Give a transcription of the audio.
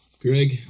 Greg